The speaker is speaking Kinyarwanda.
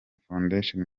foundation